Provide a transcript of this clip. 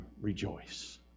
rejoice